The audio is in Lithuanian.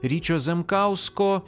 ryčio zemkausko